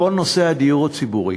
בכל נושא הדיור הציבורי.